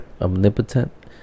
Omnipotent